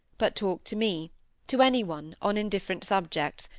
but talked to me to any one, on indifferent subjects,